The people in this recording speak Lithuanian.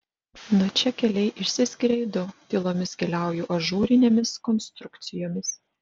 nuo čia keliai išsiskiria į du tylomis keliauju ažūrinėmis konstrukcijomis